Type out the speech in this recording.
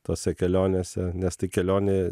tose kelionėse nes tai kelionė